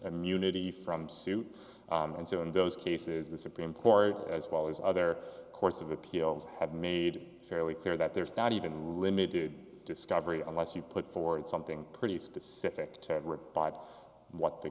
and munity from suit and so in those cases the supreme court as well as other courts of appeals have made fairly clear that there's that even limited discovery unless you put forward something pretty specific to what the